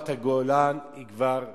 רמת-הגולן היא כבר סיפוח,